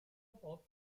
pob